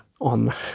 on